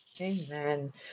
Amen